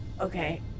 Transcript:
Okay